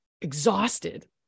exhausted